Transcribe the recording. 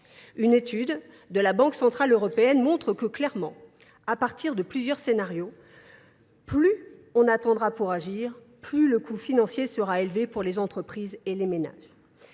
Une étude de la Banque centrale européenne montre que clairement, à partir de plusieurs scénarios, plus on attendra pour agir, plus le coût financier sera élevé pour les entreprises et les ménages.